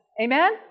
Amen